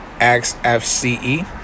XFCE